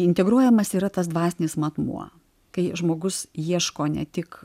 integruojamas yra tas dvasinis matmuo kai žmogus ieško ne tik